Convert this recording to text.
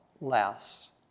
less